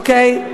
אוקיי.